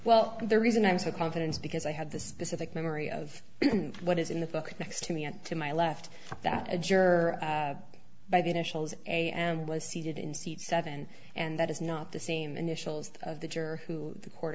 well the reason i was her confidence because i had the specific memory of what is in the book next to me and to my left that a juror by the initials a and was seated in seat seven and that is not the scene initials of the juror who the court